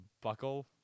buckle